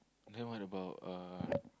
then what about uh